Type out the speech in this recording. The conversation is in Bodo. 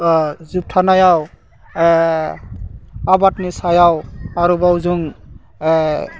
जोबथानायाव आबादनि सायाव आरोबाव जों